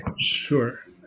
Sure